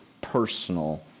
personal